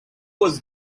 was